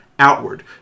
outward